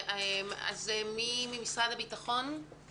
מי ממשרד הביטחון יציג את הדברים?